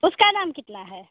उसका दाम कितना है